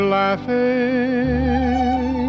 laughing